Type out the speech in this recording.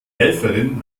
helferin